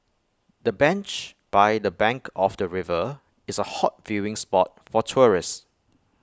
the bench by the bank of the river is A hot viewing spot for tourists